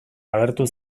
agertu